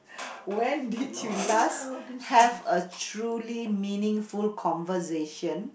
when did you last have a truly meaningful conversation